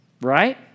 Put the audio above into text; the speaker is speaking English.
Right